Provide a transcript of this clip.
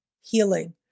healing